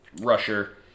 rusher